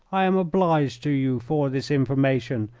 i am obliged to you for this information,